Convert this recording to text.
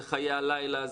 זה חיי הלילה,